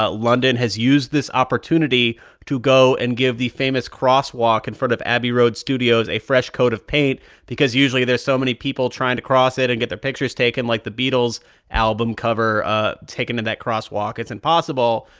ah london has used this opportunity to go and give the famous crosswalk in front of abbey road studios a fresh coat of paint because usually there's so many people trying to cross it and get their pictures taken like the beatles' album cover ah taken in that crosswalk it's impossible.